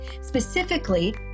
specifically